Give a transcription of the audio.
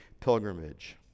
pilgrimage